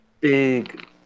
big